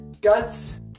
guts